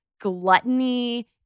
gluttony